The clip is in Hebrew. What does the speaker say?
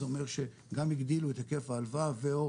זה אומר שגם הגדילו את היקף ההלוואה ו/או